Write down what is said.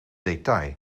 detail